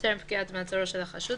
טרם פקיעת מעצרו של החשוד,